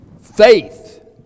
Faith